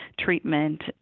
treatment